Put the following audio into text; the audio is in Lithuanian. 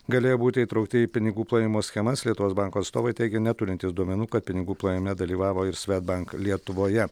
galėjo būti įtraukti į pinigų plovimo schemas lietuvos banko atstovai teigia neturintys duomenų kad pinigų plovime dalyvavo ir svedbank lietuvoje